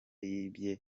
yibye